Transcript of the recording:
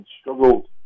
struggled